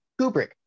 Kubrick